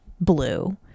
blue